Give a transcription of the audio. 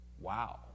Wow